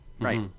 Right